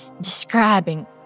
describing